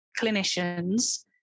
clinicians